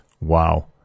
Wow